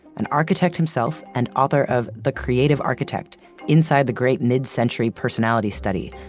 an architect himself and author of the creative architect inside the great midcentury personality study,